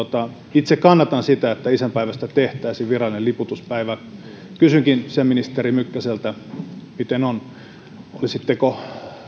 itse kannatan sitä että isänpäivästä tehtäisiin virallinen liputuspäivä kysynkin sisäministeri mykkäseltä miten on olisitteko